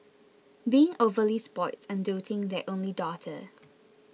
being overly spoilt and doting their only daughter